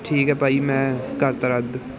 ਠੀਕ ਆ ਭਾਅ ਜੀ ਮੈਂ ਕਰ ਤਾ ਰੱਦ